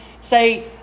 say